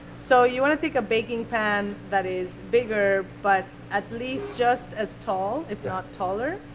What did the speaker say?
so you want to take a baking pan that is bigger but at least just as tall, if not taller,